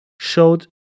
showed